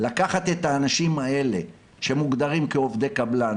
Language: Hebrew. לקחת את האנשים האלה שמוגדרים כעובדי קבלן,